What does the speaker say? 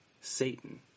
Satan